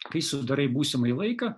kai sudarai būsimąjį laiką